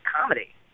comedy